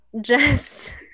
just-